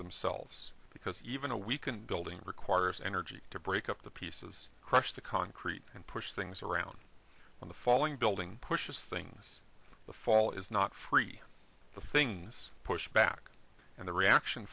themselves because even a weakened building requires energy to break up the pieces crush the concrete and push things around in the following building pushes things the fall is not free the things push back and the reaction